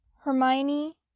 Hermione